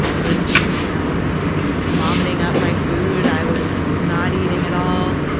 i was you know vomiting up my food, i was not eating at all.